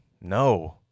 no